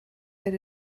that